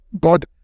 God